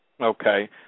Okay